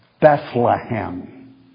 Bethlehem